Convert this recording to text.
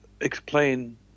explain